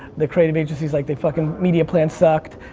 the creative agency's like, their fucking media plan sucked.